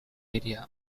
area